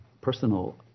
personal